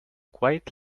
quite